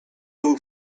vous